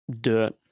dirt